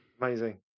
amazing